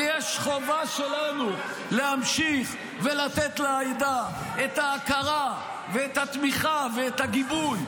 ויש חובה שלנו להמשיך ולתת לעדה את ההכרה ואת התמיכה ואת הגיבוי,